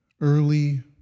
early